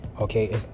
Okay